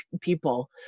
people